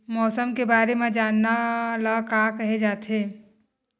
मौसम के बारे म जानना ल का कहे जाथे?